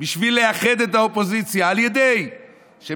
בשביל לאחד את האופוזיציה על ידי זה שלא